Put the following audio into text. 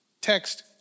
text